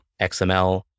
XML